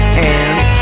hands